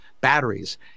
batteries